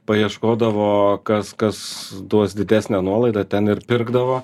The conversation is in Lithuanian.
paieškodavo kas kas duos didesnę nuolaidą ten ir pirkdavo